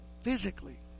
physically